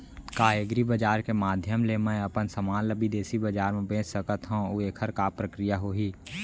का एग्रीबजार के माधयम ले मैं अपन समान ला बिदेसी बजार मा बेच सकत हव अऊ एखर का प्रक्रिया होही?